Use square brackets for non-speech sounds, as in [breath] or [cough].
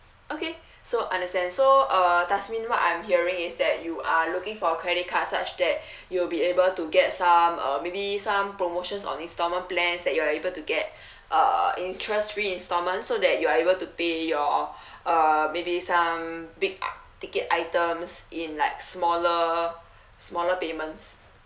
okay so understand so uh dasmine what I'm hearing is that you are looking for credit card such that [breath] you will be able to get some uh maybe some promotions on instalment plans that you're able to get [breath] uh interest free instalment so that you are able to pay your [breath] uh maybe some big uh ticket items in like smaller smaller payments